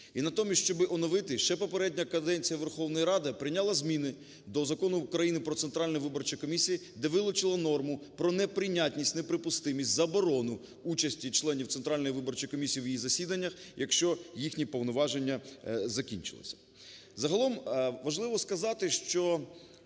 І натомість, щоб оновити, ще попередня каденція Верховної Ради прийняла зміни до Закону України "Про Центральну виборчу комісію", де вилучила норму по неприйнятність, неприпустимість, заборону участі членів Центральної виборчої комісії в її засіданнях, якщо їхні повноваження закінчилися. Загалом важливо сказати, що